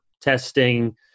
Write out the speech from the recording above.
testing